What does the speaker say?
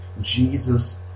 Jesus